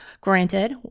Granted